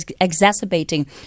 exacerbating